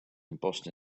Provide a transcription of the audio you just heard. embossed